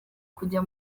kujya